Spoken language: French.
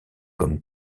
comme